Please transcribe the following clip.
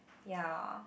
ya